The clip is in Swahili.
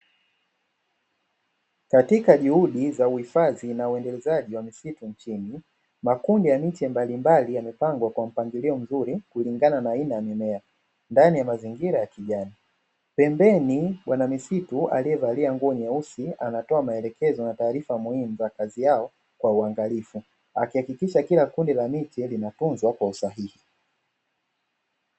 Katika juhudi za uhifadhi na uendelezaji wa misitu nchini makundi ya miche mbalimbali ya mipango kwa mpangilio mzuri kulingana na aina ya mimea ndani ya mazingira ya kijani, pembeni bwana misitu aliyevalia nguo nyeusi anatoa maelekezo na taarifa muhimu za kazi yao kwa uangalifu akihakikisha kila kundi la miti linatunzwa kwa usahihi.